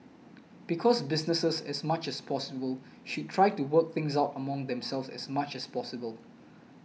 because businesses as much as possible should try to work things out among themselves as much as possible